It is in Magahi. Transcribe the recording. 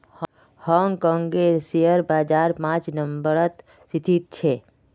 हांग कांगेर शेयर बाजार पांच नम्बरत स्थित छेक